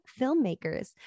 filmmakers